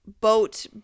Boat